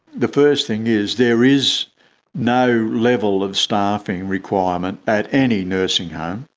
the first thing is there is no level of staffing requirement at any nursing home.